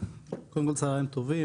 צוהריים טובים,